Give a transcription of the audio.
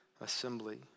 assembly